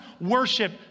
worship